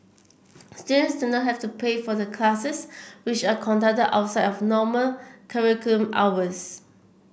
students do not have to pay for the classes which are conducted outside of normal hours